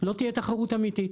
לא תהיה תחרות אמיתית.